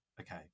okay